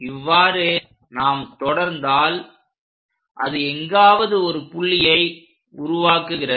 இவ்வாறு நாம் தொடர்ந்தால் அது எங்காவது ஒரு புள்ளியை உருவாக்குகிறது